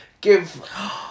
give